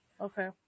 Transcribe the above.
Okay